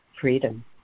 freedom